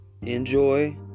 Enjoy